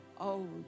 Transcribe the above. old